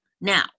Now